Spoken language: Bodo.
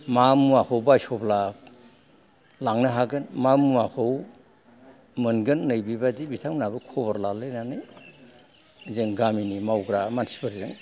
मा मुवाखौ बायस'ब्ला लांनो हागोन मा मुवाखौ मोनगोन नै बेबादि बिथांमोनाबो खबर लालायनानै जों गामिनि मावग्रा मानसिफोरजों